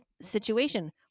situation